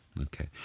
Okay